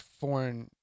foreign